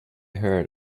heard